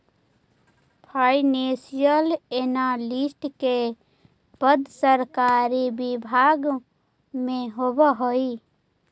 financial analyst के पद सरकारी विभाग में होवऽ हइ